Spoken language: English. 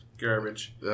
Garbage